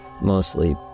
mostly